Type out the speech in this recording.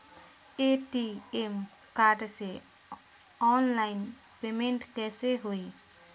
ATM card से online payment कैसे होई?